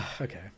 okay